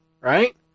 Right